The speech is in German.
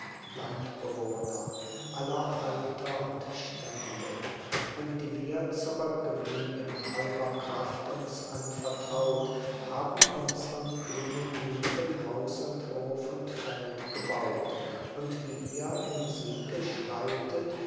landbewohner aller alter und stände und die wir zurückgeblieben eurer kraft uns anvertraut haben unsren kühnen lieben haus und hof und feld gebaut und wie ihr im siege schreitet